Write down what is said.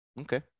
Okay